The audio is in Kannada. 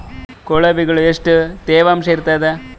ಕೊಳವಿಗೊಳ ಎಷ್ಟು ತೇವಾಂಶ ಇರ್ತಾದ?